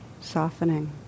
Softening